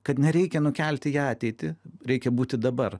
kad nereikia nukelti į ateitį reikia būti dabar